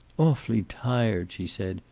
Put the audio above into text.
awfully tired, she said.